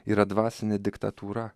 yra dvasinė diktatūra